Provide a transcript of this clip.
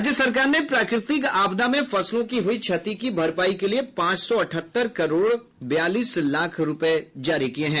राज्य सरकार ने प्राकृतिक आपदा में फसलों की हुई क्षति की भरपाई के लिए पांच सौ अठहत्तर करोड़ बयालीस लाख रूपये जारी किया है